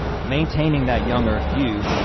maintaining that young earth view,